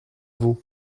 vous